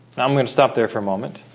i'm going to stop there for a moment